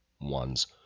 ones